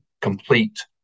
complete